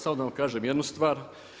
Samo da vam kažem jednu stvar.